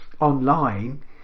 online